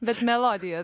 bet melodija